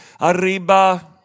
Arriba